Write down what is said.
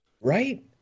Right